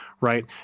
Right